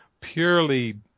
purely